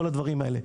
כל הדברים האלה,